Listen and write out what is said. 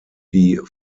die